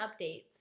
updates